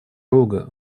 рога